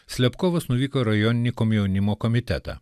slepkovas nuvyko į rajoninį komjaunimo komitetą